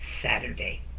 Saturday